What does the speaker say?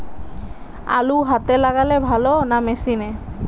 আলু হাতে লাগালে ভালো না মেশিনে?